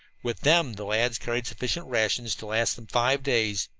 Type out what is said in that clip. with them the lads carried sufficient rations to last them five days,